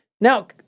now